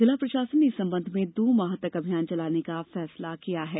जिला प्रशासन ने इस संबंध में दो माह तक अभियान चलाने का फैसला किया है